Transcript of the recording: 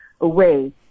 away